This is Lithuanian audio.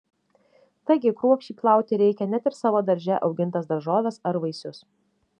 taigi kruopščiai plauti reikia net ir savo darže augintas daržoves ar vaisius